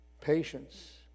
Patience